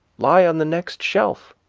lie on the next shelf,